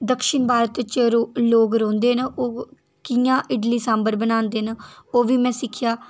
दक्खन भारत च लो लोक रौंह्दे न ओह् कि'यां इडली सांबर बनांदे न ओह्बी में सिक्खेआ